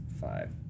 five